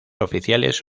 oficiales